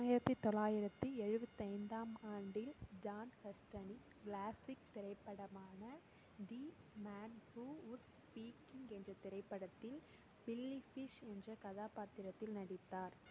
ஆயிரத்தி தொள்ளாயிரத்து எழுபத்தி ஐந்தாம் ஆண்டில் ஜான் ஹஸ்டனின் க்ளாசிக் திரைப்படமான the man who would be king என்ற திரைப்படத்தில் பில்லி ஃபிஷ் என்ற கதாபாத்திரத்தில் நடித்தார்